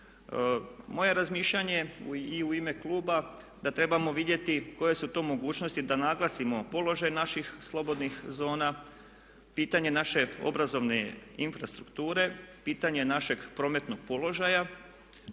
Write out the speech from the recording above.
je razmišljanje i u ime kluba da trebamo vidjeti koje su to mogućnosti da naglasimo položaj naših slobodnih zona, pitanje naše obrazovne infrastrukture, pitanje našeg prometnog položaja.